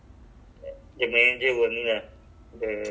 oh last time that time zoom you all also use zoom ah